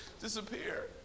disappear